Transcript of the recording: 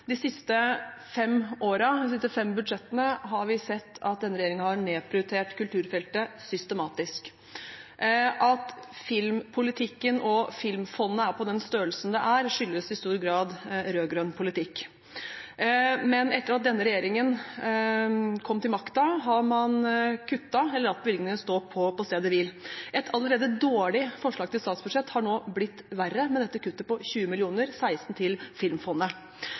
de siste fem budsjettene har vi sett at denne regjeringen har nedprioritert kulturfeltet systematisk. At filmpolitikken og Filmfondet er på den størrelsen det er, skyldes i stor grad rød-grønn politikk. Etter at denne regjeringen kom til makten, har man kuttet eller latt bevilgningen stå på stedet hvil. Et allerede dårlig forslag til statsbudsjett har nå blitt verre med dette kuttet på 20 mill. kr – 16 mill. kr av dem til Filmfondet.